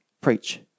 preach